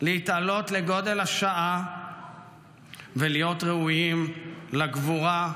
להתעלות לגודל השעה ולהיות ראויים לגבורה,